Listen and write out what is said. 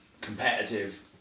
competitive